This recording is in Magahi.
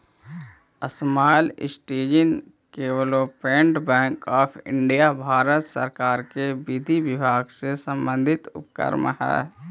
small industries development bank of India Bharat सरकार के विधि विभाग से संबंधित उपक्रम हइ